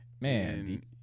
Man